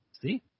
See